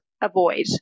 avoid